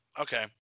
Okay